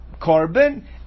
carbon